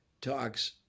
talks